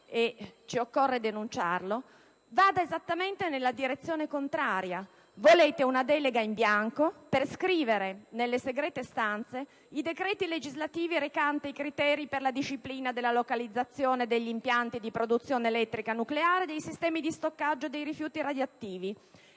e ci occorre denunciarlo - va esattamente nella direzione contraria: volete una delega in bianco per scrivere nelle segrete stanze i decreti legislativi recanti i criteri per la disciplina della localizzazione degli impianti di produzione elettrica nucleare e dei sistemi di stoccaggio dei rifiuti radioattivi.